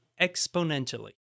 exponentially